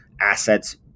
assets